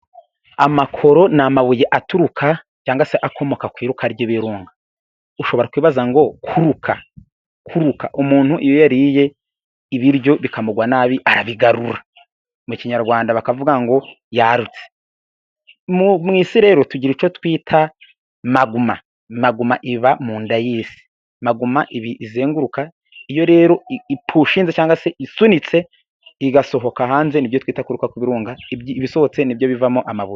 Amakoro ni amabuye aturuka cyangwa se akomoka ku iruka ry'ibirunga ushobora kwibaza ngo kuruka kuruka. Umuntu iyo yariye ibiryo bikamugwa nabi arabigarura mu Kinyarwanda bakavuga ngo yarutse, mu isi rero tugira icyo twita maguma, maguma iba mu nda y'isi maguma iba izenguruka iyo rero ipushinze cyangwa se isunitse igasohoka hanze ni byo twita kuruka kwibirunga ibisohotse ni byo bivamo amabuye.